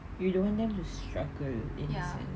you don't want them who struggle in a sense